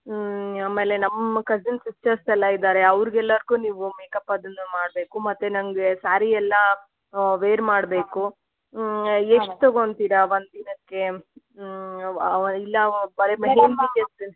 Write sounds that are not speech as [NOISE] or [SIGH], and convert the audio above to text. ಆಮೇಲೆ ನಮ್ಮ cousin sisters ಎಲ್ಲ ಇದ್ದಾರೆ ಅವ್ರ್ಗೆಲ್ಲರ್ಗು ನೀವು ಮೇಕಪ್ ಅದನ್ನು ಮಾಡಬೇಕು ಮತ್ತು ನನಗೆ ಸ್ಯಾರಿ ಎಲ್ಲ ವೇರ್ ಮಾಡಬೇಕು ಎಷ್ಟು ತಗೊತೀರಾ ಒಂದು ದಿನಕ್ಕೆ ಇಲ್ಲ ಪರ್ [UNINTELLIGIBLE] ಎಷ್ಟು